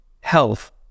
health